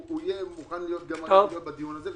שהוא מוכן להיות בדיון הזה,